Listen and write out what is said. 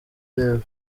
rev